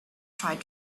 tried